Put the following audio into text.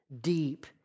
deep